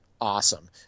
awesome